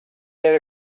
there